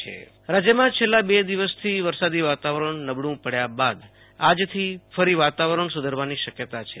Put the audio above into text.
આશુતોષ અંતાણી રાજ્ય વરસાદ રાજ્યમાં છેલ્લા બે દિવસથી વરસાદી વાતાવરણ નબળું પડ્યા બાદ આજથી ફરી વાતાવરણ સુધારવાની શક્યતા છે